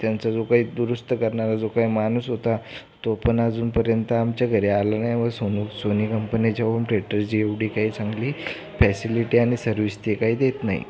त्यांचा जो काही दुरुस्त करणारा जो काही माणूस होता तो पण अजूनपर्यंत आमच्या घरी आला नाही व सोनू सोनी कंपनीच्या होम थेटरची एवढी काही चांगली फॅसिलिटी आणि सर्व्हिस ते काही देत नाही